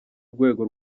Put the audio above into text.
rwego